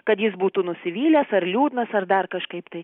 kad jis būtų nusivylęs ar liūdnas ar dar kažkaip tai